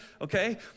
okay